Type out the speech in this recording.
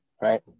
right